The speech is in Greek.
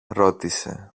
ρώτησε